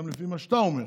גם לפי מה שאתה אומר,